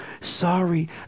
sorry